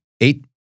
eight